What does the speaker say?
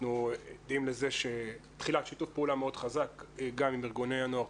עדים לתחילת שיתוף פעולה מאוד חזק גם עם ארגוני הנוער,